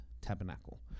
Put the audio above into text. tabernacle